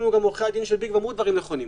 ועורכי הדין של ביג אמרו דברים נכונים.